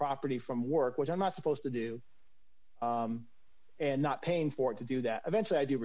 property from work which i'm not supposed to do and not paying for it to do that eventually i